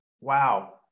wow